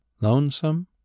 lonesome